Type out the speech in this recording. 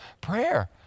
prayer